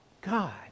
God